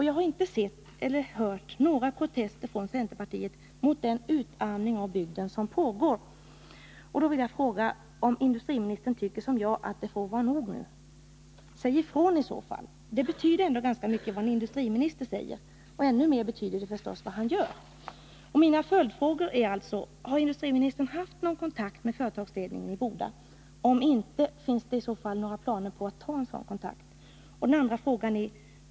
Jag har inte sett eller hört några protester från centerpartiet mot den utarmning av bygden som pågår. Därför vill jag fråga om industriministern tycker som jag, att det får vara nog nu. Säg ifrån i så fall! Vad en industriminister säger betyder ändå ganska mycket, och ännu mer betyder förstås vad han gör. Mina följdfrågor är: 1. Har industriministern haft någon kontakt med företagsledningen i Boda? Om inte, finns det i så fall några planer på att ta en sådan kontakt? 2.